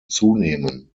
zunehmen